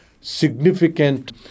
significant